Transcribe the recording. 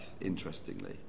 interestingly